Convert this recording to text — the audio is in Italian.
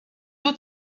two